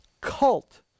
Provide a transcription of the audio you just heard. cult